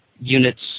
units